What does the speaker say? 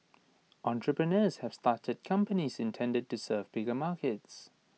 entrepreneurs have started companies intended to serve bigger markets